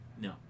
no